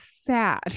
sad